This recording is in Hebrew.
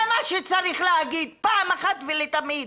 זה מה שצריך להגיד פעם אחת ולתמיד.